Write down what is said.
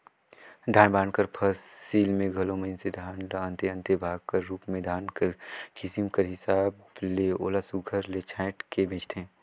धान पान कर फसिल में घलो मइनसे धान ल अन्ते अन्ते भाग कर रूप में धान कर किसिम कर हिसाब ले ओला सुग्घर ले छांएट के बेंचथें